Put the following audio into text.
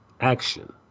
action